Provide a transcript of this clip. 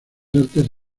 artes